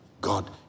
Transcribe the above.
God